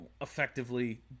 effectively